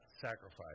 sacrifice